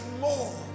more